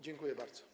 Dziękuję bardzo.